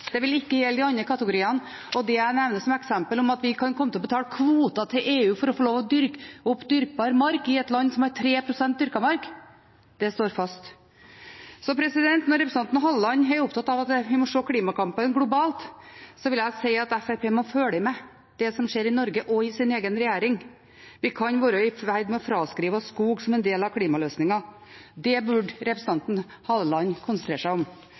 den vil ikke gjelde de andre kategoriene. Det jeg nevner som eksempel, at vi kan komme til å betale kvoter til EU for å få lov å dyrke opp dyrkbar mark i et land som har 3 pst. dyrket mark, står fast. Når representanten Halleland er opptatt av at vi må se klimakampen globalt, vil jeg si at Fremskrittspartiet må følge med på det som skjer i Norge og i egen regjering. Vi kan være i ferd med å fraskrive oss skog som en del av klimaløsningen. Det burde representanten Halleland konsentrere seg om.